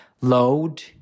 load